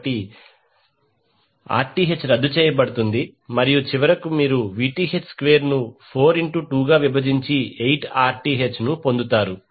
కాబట్టి 1 Rth రద్దు చేయబడుతుంది మరియు చివరకు మీరు Vth స్క్వేర్ను 4 ఇంటు 2 గా విభజించి 8 Rth పొందుతారు